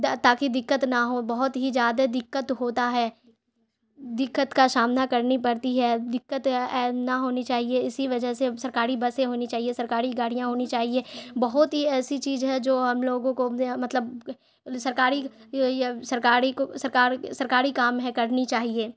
تاکہ دقت نہ ہو بہت ہی زیادہ دقت ہوتا ہے دقت کا سامنا کرنی پڑتی ہے دقت نہ ہونی چاہیے اسی وجہ سے سرکاری بسیں ہونی چاہیے سرکاری گاڑیاں ہونی چاہیے بہت ہی ایسی چیز ہے جو ہم لوگوں کو مطلب سرکاری سرکاری کو سرکار سرکاری کام ہے کرنی چاہیے